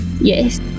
Yes